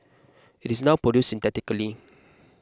it is now produced synthetically